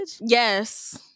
Yes